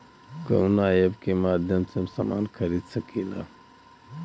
कवना ऐपके माध्यम से हम समान खरीद सकीला?